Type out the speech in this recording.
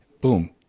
boom